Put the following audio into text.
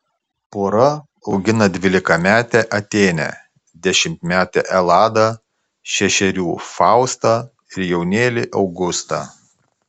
pora augina dvylikametę atėnę dešimtmetę eladą šešerių faustą ir jaunėlį augustą